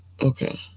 Okay